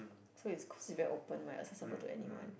so is considered open might accessible to anyone